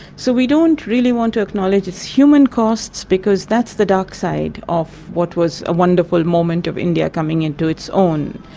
so we don't really want to acknowledge the human costs, because that's the dark side of what was a wonderful moment of india coming in to its own.